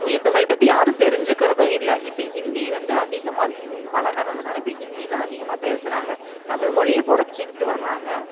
தூய தமிழ் பற்றி யாரும் தெரிஞ்சுக்கிறதும் இல்லை இப்போ ஹிந்தி வந்து அதிகமாக பழகுறதுனால ஹிந்தி தான் அதிகமாக பேசுறாங்க தமிழ்மொழியை குறச்சிக்கிட்டு வர்றாங்க